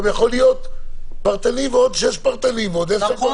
יכול להיות פרטני ועוד שישה פרטניים ועוד עשרה פרטניים.